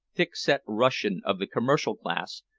thick-set russian of the commercial class,